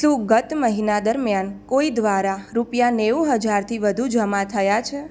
શું ગત મહિના દરમિયાન કોઈ દ્વારા રૂપિયા નેવું હજારથી વધુ જમા થયા છે